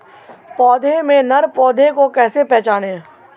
पौधों में नर पौधे को कैसे पहचानें?